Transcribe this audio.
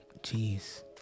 Jeez